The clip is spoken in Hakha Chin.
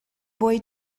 bawi